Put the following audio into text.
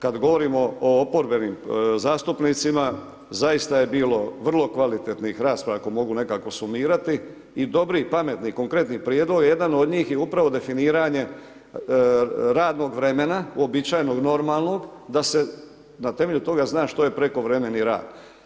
Kada govorimo o oporbenim zastupnicima, zaista je bilo vrlo kvalitetnih rasprava, ako mogu nekako sumirati i dobri pametni, konkretni prijedlog, jedan od njih je upravo definirano radnog vremena, uobičajenog, normalnog, da se na temelju toga zna što je prekovremeni rad.